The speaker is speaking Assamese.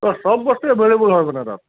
অঁ চব বস্তুৱে এভেইলেবল হয় মানে তাত